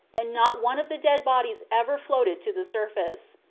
and not one of the dead bodies ever floated to the surface.